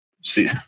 See